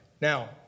Now